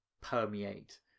permeate